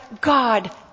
God